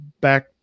back